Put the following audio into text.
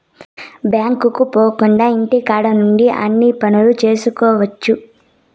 బ్యాంకుకు పోకుండా ఇంటికాడ నుండి అన్ని పనులు చేసుకోవచ్చు